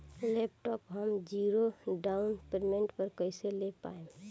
Laptop हम zero down payment पर कैसे ले पाएम?